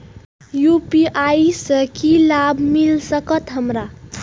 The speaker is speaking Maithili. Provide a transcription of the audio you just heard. यू.पी.आई से की लाभ मिल सकत हमरा?